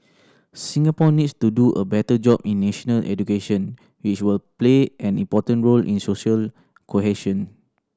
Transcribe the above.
Singapore needs to do a better job in national education which will play an important role in social cohesion